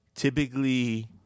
typically